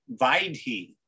Vaidhi